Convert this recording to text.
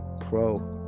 pro